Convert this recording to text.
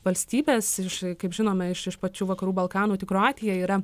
valstybės iš kaip žinome iš iš pačių vakarų balkanų tik kroatija yra